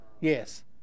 yes